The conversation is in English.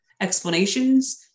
explanations